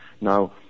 Now